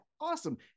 Awesome